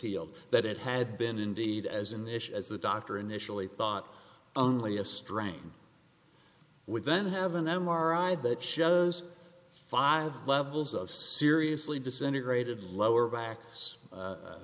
healed that it had been indeed as an issue as the doctor initially thought only a strain would then have an m r i that shows five levels of seriously disintegrated lower